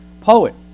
poet